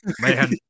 man